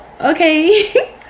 okay